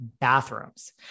bathrooms